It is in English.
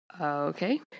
okay